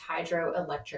hydroelectric